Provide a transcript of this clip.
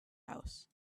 house